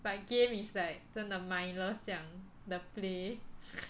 but game is like 真的 mindless 这样的 play